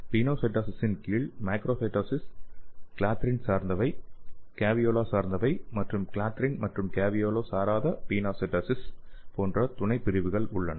பினோசைட்டோசிஸின் கீழ் macrocytosis clathrin சார்ந்தவை caveola சார்ந்தவை மற்றும் கிளாத்ரின் மற்றும் கேவியோலா சாராத பினோசைடோசிஸ் போன்ற துணைப்பிரிவுகள் உள்ளன